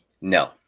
No